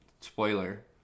Spoiler